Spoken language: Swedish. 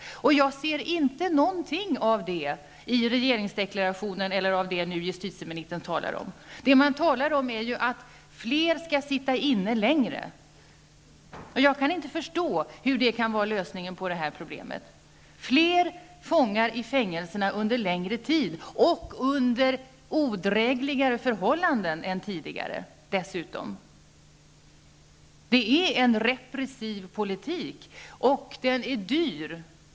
Jag ser ingenting av detta i regeringsdeklarationen eller i det justitieministern nu talar om. Man talar om att fler skall sitta inne längre. Jag kan inte förstå hur det kan vara lösningen på problemet att fler fångar sitter i fängelserna under längre tid och dessutom under odrägligare förhållanden än tidigare. Det är en repressiv politik, och den är dyr.